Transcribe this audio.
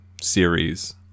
series